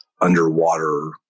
underwater